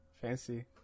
fancy